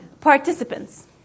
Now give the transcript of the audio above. Participants